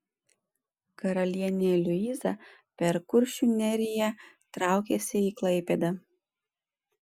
karalienė liuiza per kuršių neriją traukėsi į klaipėdą